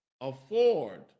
afford